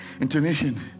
intonation